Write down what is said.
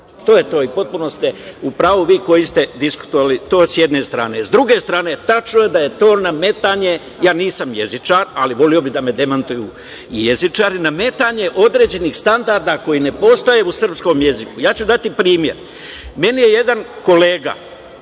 To je to i potpuno ste u pravu vi koji ste diskutovali. To je s jedne strane.S druge strane, tačno je da je to nametanje, ja nisam jezičar ali voleo bih da me demantuju jezičari, nametanje određenih standarda koji ne postoje u srpskom jeziku. Daću primer. Meni je jedan kolega